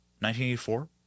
1984